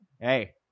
hey